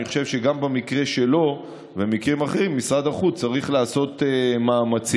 אני חושב שגם במקרה שלו ובמקרים אחרים משרד החוץ צריך לעשות מאמצים